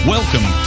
Welcome